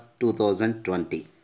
2020